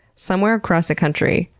somewhere across the country,